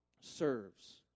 serves